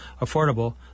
affordable